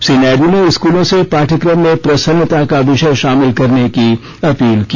श्री नायड् ने स्कूलों से पाठ्यक्रम में प्रसन्नता का विषय शामिल करने की अपील की